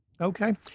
Okay